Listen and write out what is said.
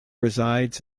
resides